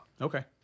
Okay